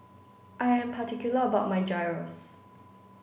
I am particular about my Gyros